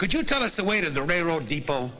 could you tell us the way to the railroad people